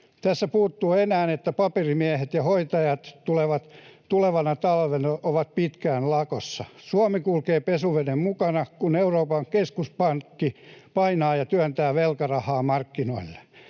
Tästä puuttuu enää, että paperimiehet ja hoitajat ovat tulevana talvena pitkään lakossa. Suomi kulkee pesuveden mukana, kun Euroopan keskuspankki painaa ja työntää velkarahaa markkinoille.